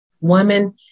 woman